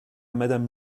madame